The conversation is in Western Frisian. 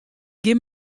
gjin